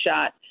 shot